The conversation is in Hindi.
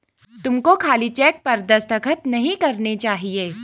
तुमको खाली चेक पर दस्तखत नहीं करने चाहिए